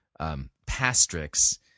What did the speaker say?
pastrix